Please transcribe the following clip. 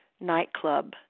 nightclub